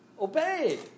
Obey